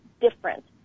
different